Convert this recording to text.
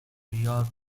york